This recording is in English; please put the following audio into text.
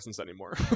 anymore